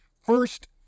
First